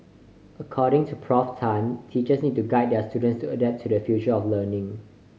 according to Prof Tan teachers need to guide their students to adapt to the future of learning